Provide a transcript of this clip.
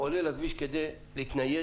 הוא עולה לכביש כדי להתנייד,